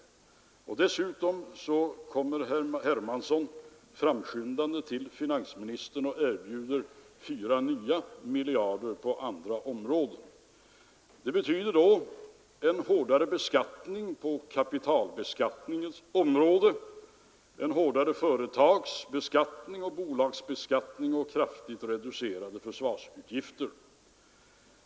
Dessutom kommer herr Hermansson framskyndande till finansministern och erbjuder fyra nya miljarder på andra områden. Det betyder en hårdare kapitalbeskattning, en hårdare företagsbeskattning och kraftigt reducerade försvarsutgifter.